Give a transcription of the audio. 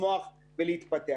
לצמוח ולהתפתח.